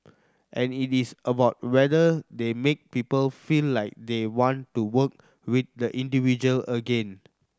and it is about whether they make people feel like they want to work with the individual again